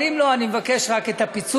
אבל אם לא, אני מבקש רק את הפיצול.